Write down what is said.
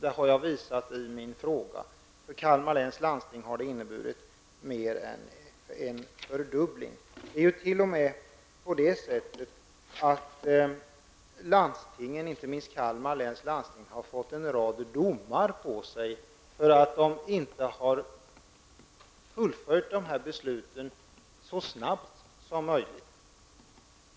Det har jag visat i min fråga. För Kalmar läns landsting har det inneburit mer än en fördubbling. Landstingen, inte minst Kalmar läns landsting, har t.o.m. fått en rad domar på sig för att man inte har fullföljt besluten så snabbt som möjligt.